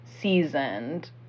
seasoned